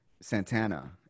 santana